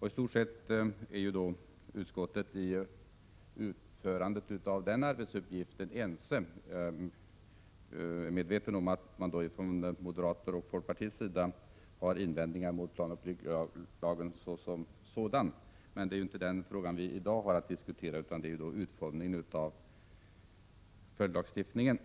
När det gäller den arbetsuppgiften är utskottet i stort sett enigt. Jag är medveten om att moderater och folkpartister har invändningar mot planoch bygglagen som sådan, men det är ju inte denna som vi i dag har att diskutera utan utformningen av följdlagstiftningen.